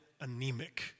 anemic